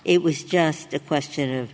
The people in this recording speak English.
it was just a question of